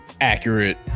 accurate